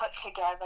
put-together